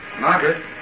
Margaret